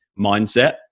mindset